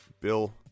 Bill